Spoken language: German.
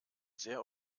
sehr